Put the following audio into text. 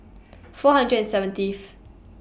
four hundred and seventieth